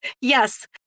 Yes